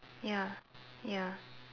ya ya